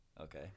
Okay